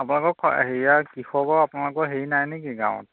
আপোনালোকৰ হেৰিয়া কৃষকৰ আপোনালোকৰ হেৰি নাই নেকি গাঁৱত